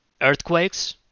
earthquakes